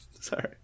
Sorry